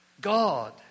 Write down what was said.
God